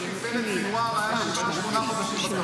--- היה שבעה, שמונה חודשים בצבא.